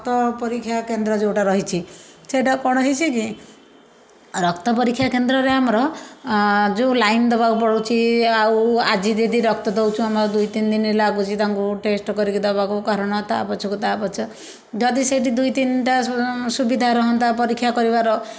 ରକ୍ତ ପରୀକ୍ଷା କେନ୍ଦ୍ର ଯେଉଁଟା ରହିଛି ସେଇଟା କ'ଣ ହେଇଛି କି ରକ୍ତ ପରୀକ୍ଷା କେନ୍ଦ୍ରରେ ଆମର ଯେଉଁ ଲାଇନ ଦେବାକୁ ପଡ଼ୁଛି ଆଉ ଆଜି ଯଦି ରକ୍ତ ଦେଉଛୁ ଆମର ଦୁଇ ତିନ ଦିନ ଲାଗୁଛି ତାଙ୍କୁ ଟେଷ୍ଟ କରିକି ଦେବାକୁ କାରଣ ତା ପଛୁକୁ ତା ପଛ ଯଦି ସେଇଠି ଦୁଇ ତିନଟା ସୁ ସୁବିଧା ରହନ୍ତା ପରୀକ୍ଷା କରିବାର